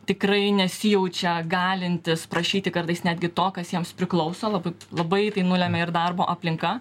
tikrai nesijaučia galintys prašyti kartais netgi to kas jiems priklauso labai labai tai nulemia ir darbo aplinka